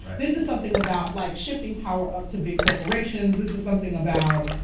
this is something about like shifting power up to big corporations, this is something about,